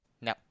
No